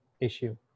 issue